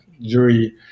jury